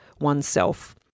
oneself